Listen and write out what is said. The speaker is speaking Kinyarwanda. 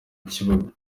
kibuga